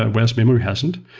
ah whereas memory hasn't.